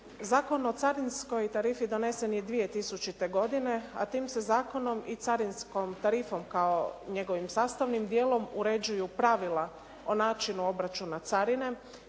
Zakon o carinskoj tarifi donesen je 2000. godine a tim se zakonom i carinskom tarifom kao njegovim sastavnim dijelom uređuju pravila o načinu obračuna carine,